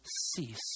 cease